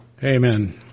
Amen